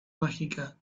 mágica